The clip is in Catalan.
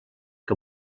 que